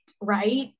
right